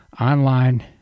online